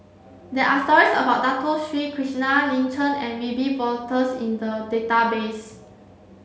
there are stories about Dato Sri Krishna Lin Chen and Wiebe Wolters in the database